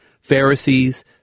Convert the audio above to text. Pharisees